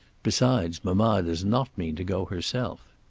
besides mamma does not mean to go herself.